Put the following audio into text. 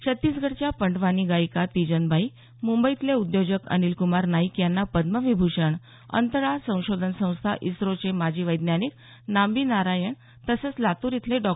छत्तीसगडच्या पंडवानी गायिका तीजनबाई मुंबईले उद्योजक अनिलक्मार नाईक यांना पद्मविभूषण अंतराळ संशोधन संस्था इस्रोचे माजी वैज्ञानिक नांबी नारायण तसंच लातूर इथले डॉ